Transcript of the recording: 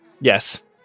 Yes